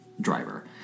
driver